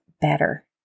better